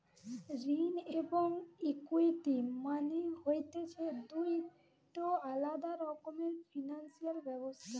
ঋণ এবং ইকুইটি মানে হতিছে দুটো আলাদা রকমের ফিনান্স ব্যবস্থা